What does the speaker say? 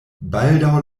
baldaŭ